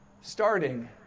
starting